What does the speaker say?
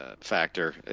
factor